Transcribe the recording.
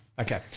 Okay